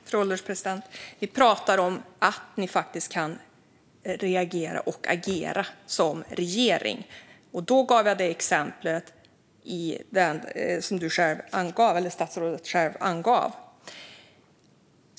Fru ålderspresident! Vi pratar om att ni faktiskt kan reagera och agera som regering. Jag gav då det exempel som statsrådet själv nämnde.